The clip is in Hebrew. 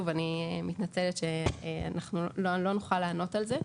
אני מתנצלת שלא נוכל לענות על זה.